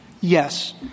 Yes